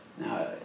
Now